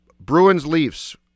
Bruins-Leafs